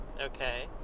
okay